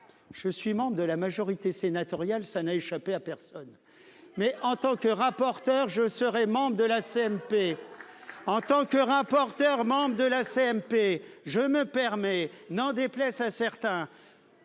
Je suis membre de la majorité sénatoriale. Ça n'a échappé à personne mais en tant que rapporteur, je serai membre de la CMP. En tant que rapporteur membre de la CMP. Je me permets, n'en déplaise à certains.